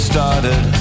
Started